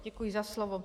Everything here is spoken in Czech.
Děkuji za slovo.